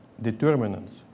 determinants